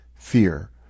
fear